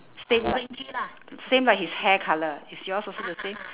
same like same like his hair colour is yours also the same